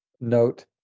note